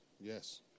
yes